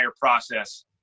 process –